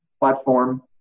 platform